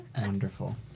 Wonderful